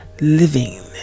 Living